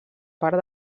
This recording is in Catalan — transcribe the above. part